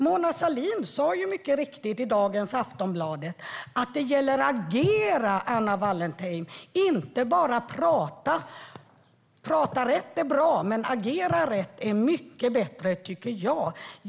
Mona Sahlin sa mycket riktigt i dagens Aftonbladet att det gäller att agera, Anna Wallentheim, inte bara att prata. Att prata rätt är bra, men att agera rätt är mycket bättre, tycker jag.